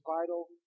vital